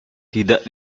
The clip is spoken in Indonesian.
tidak